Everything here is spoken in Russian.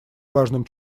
важным